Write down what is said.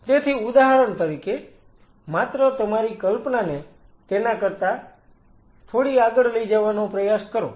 તેથી ઉદાહરણ તરીકે માત્ર તમારી કલ્પનાને તેના કરતા થોડી આગળ લઈ જવાનો પ્રયાસ કરો